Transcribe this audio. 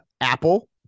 Apple